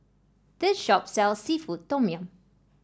this shop sells seafood Tom Yum